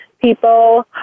people